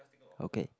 okay